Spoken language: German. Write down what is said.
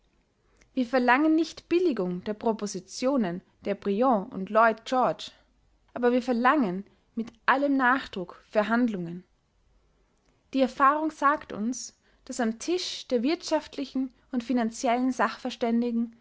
wir verlangen nicht billigung der propositionen der briand und lloyd george aber wir verlangen mit allem nachdruck verhandlungen die erfahrung sagt uns daß am tisch der wirtschaftlichen und finanziellen sachverständigungen